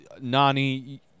Nani